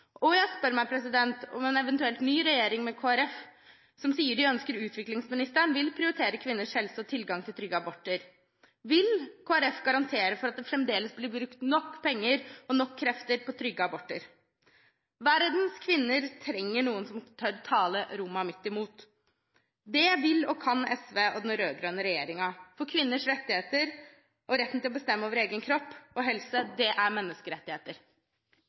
og jeg spør meg om en eventuell ny regjering med Kristelig Folkeparti, som sier de ønsker utviklingsministeren, vil prioritere kvinners helse og tilgang til trygge aborter. Vil Kristelig Folkeparti garantere for at det fremdeles blir brukt nok penger og nok krefter på trygge aborter? Verdens kvinner trenger noen som tør å tale Roma midt imot. Det vil og kan SV og den rød-grønne regjeringen, for kvinners rettigheter og retten til å bestemme over egen kropp og helse er menneskerettigheter.